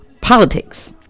politics